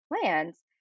plans